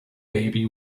baby